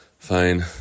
Fine